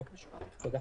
תודה.